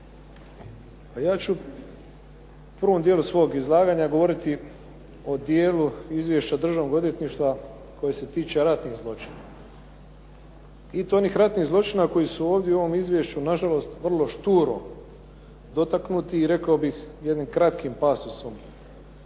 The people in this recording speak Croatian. ja ću u prvom dijelu svog izlaganja govoriti o dijelu izvješća Državnog odvjetništva koje se tiče ratnih zločina i to onih ratnih zločina koji su ovdje u ovom izvješću nažalost vrlo šturo dotaknuti i rekao bih jednim kratkim pasusom